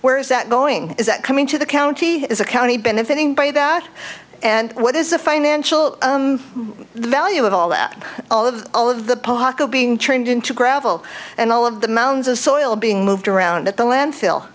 where is that going is that coming to the county is a county benefiting by that and what is a financial value of all that all of all of the pocket being turned into gravel and all of the mounds of soil being moved around at the landfill